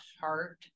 heart